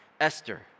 Esther